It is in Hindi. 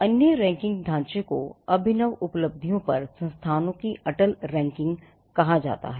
अन्य रैंकिंग ढांचे को अभिनव उपलब्धियों पर संस्थानों की अटल रैंकिंग कहा जाता है